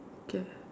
okay